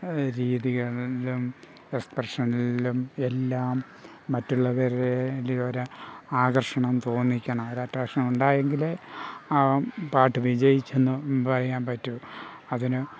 രീതിയാണെങ്കിലും എസ്പ്രഷനിലും എല്ലാം മറ്റുള്ളവരിൽ ഒരു ആകർഷണം തോന്നിക്കണം ഒരു അട്രാക്ഷൻ ഉണ്ടായെങ്കിലേ ആ പാട്ട് വിജയിച്ചെന്ന് പറയാൻ പറ്റു അതിന്